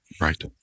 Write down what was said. Right